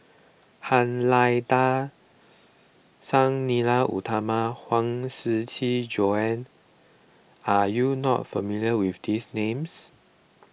Han Lao Da Sang Nila Utama Huang Shiqi Joan are you not familiar with these names